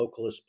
localist